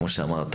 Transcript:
כמו שאמרת,